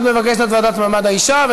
הצעת החוק התקבלה בקריאה טרומית, והיא עוברת